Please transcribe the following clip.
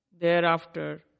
thereafter